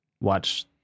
watch